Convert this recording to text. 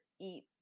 eat